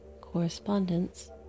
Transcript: Correspondence